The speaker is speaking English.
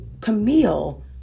Camille